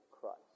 Christ